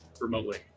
remotely